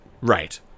right